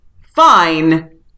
Fine